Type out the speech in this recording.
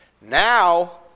Now